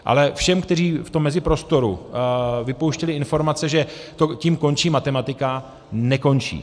Ale všem, kteří v tom meziprostoru vypouštěli informace, že tím končí matematika nekončí.